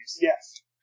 Yes